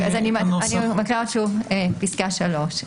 אני מקריאה שוב את פסקה (3).